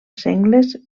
sengles